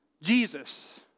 Jesus